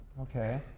Okay